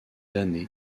années